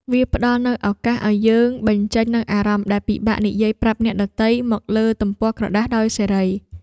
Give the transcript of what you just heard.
វាផ្ដល់នូវឱកាសឱ្យយើងបញ្ចេញនូវអារម្មណ៍ដែលពិបាកនិយាយប្រាប់អ្នកដទៃ មកលើទំព័រក្រដាសដោយសេរី។